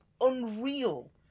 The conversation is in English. unreal